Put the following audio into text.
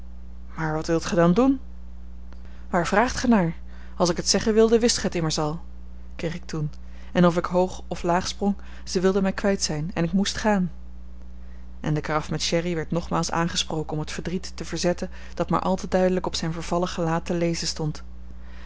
maar wat wilt gij dan doen waar vraagt gij naar als ik het zeggen wilde wist gij het immers al kreeg ik toen en of ik hoog of laag sprong zij wilde mij kwijt zijn en ik moest gaan en de karaf met sherry werd nogmaals aangesproken om het verdriet te verzetten dat maar al te duidelijk op zijn vervallen gelaat te lezen stond